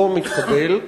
לא מתקבל.